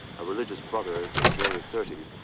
a religious brother in his early thirty s,